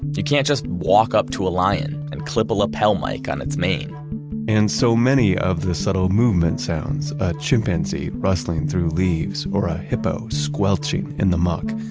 you can't just walk up to a lion and clip a lapel mic on its mane and so many of the subtle movements sounds, a chimpanzee rustling through leaves or a hippo squelching in the muck,